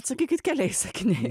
atsakykit keliais sakiniais